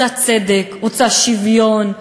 רוצה צדק, רוצה שוויון.